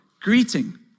greeting